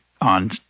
on